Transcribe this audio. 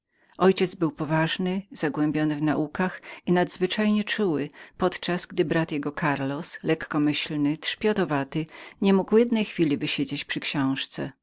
ojciec był poważny zagłębiony w naukach i nadzwyczajnie czuły podczas gdy brat jego karlos lekkomyślny trzpiotowaty niemógł jednej chwili wysiedzieć przy książce